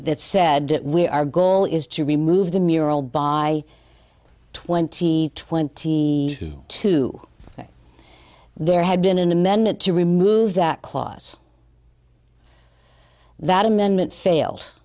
that said we are goal is to remove the mural by twenty twenty two if there had been an amendment to remove that clause that amendment failed